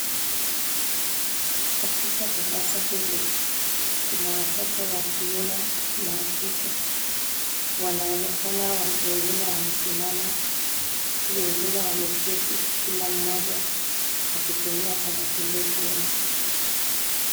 Katika darasa hili, kuna watoto wa kiume na wa kike. Wanaonekana wengine wamesimama, wengine wameketi kila mmoja akitumia tarakilishi yake.